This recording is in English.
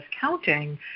counting